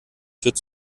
führt